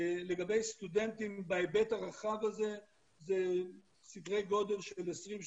לגבי סטודנטים בהיבט הרחב הזה זה סדרי גודל של 20,000,